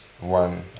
one